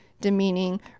demeaning